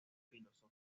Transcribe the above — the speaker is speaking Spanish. filosóficos